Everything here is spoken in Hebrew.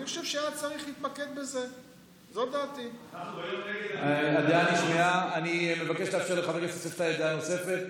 התעלתה מעל המחלוקות והדיון המתמשך והבלתי-נגמר הזה במערכת המשפטית,